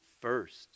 first